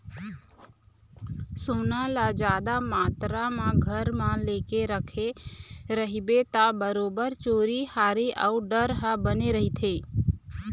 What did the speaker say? सोना ल जादा मातरा म घर म लेके रखे रहिबे ता बरोबर चोरी हारी अउ डर ह बने रहिथे